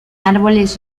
árboles